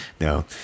No